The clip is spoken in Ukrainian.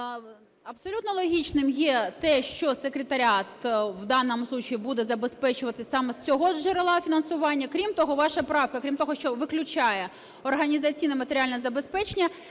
Абсолютно логічним є те, що секретаріат в даному случаї буде забезпечуватися саме з цього джерела фінансування. Крім того, ваша правка крім того, що виключає організаційно матеріальне забезпечення,